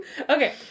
Okay